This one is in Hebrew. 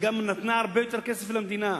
שגם נתנה הרבה יותר כסף למדינה: